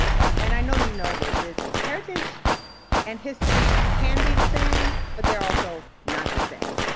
and i know you know this, is heritage and history can be the same, but they're also not the same.